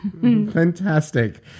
fantastic